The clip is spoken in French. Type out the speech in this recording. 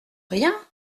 rien